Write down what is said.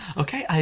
okay,